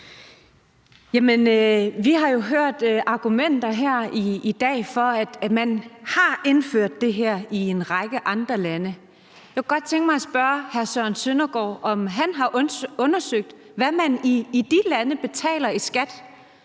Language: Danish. i dag hørt argumenter for, at man har indført det her i en række andre lande. Jeg kunne godt tænke mig at spørge hr. Søren Søndergaard, om han har undersøgt, hvad man i de lande betaler i skat.